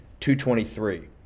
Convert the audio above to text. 223